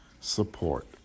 support